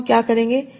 तो हम क्या करेंगे